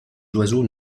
oiseaux